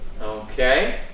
okay